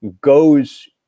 goes